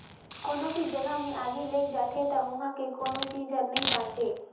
कोनो भी जघा मे आगि लइग जाथे त उहां के कोनो चीच हर नइ बांचे